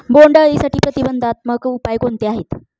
बोंडअळीसाठी प्रतिबंधात्मक उपाय कोणते आहेत?